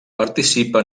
participa